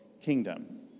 kingdom